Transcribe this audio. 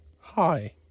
Hi